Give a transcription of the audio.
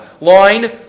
line